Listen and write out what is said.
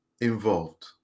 involved